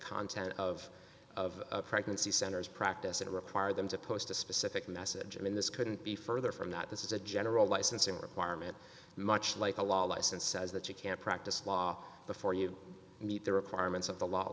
content of of pregnancy centers practice that require them to post a specific message and in this couldn't be further from not this is a general licensing requirement much like a law license says that you can't practice law before you meet the requirements of the law